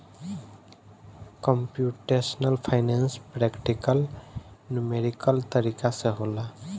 computational finance practical numerical तरीका से होला